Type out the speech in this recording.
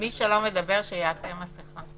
מי שלא מדבר, שיעטה מסכה.